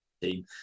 team